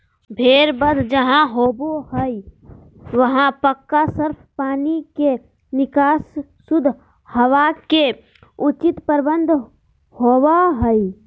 भेड़ वध जहां होबो हई वहां पक्का फर्श, पानी के निकास, शुद्ध हवा के उचित प्रबंध होवअ हई